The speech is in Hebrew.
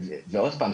ועוד פעם,